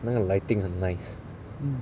那个 lighting 很 nice